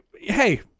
Hey